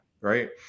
right